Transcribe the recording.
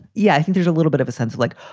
yeah. i think there's a little bit of a sense like,